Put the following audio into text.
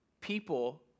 people